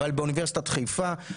תודה ליושב-ראש הכנסת חבר הכנסת מיקי לוי,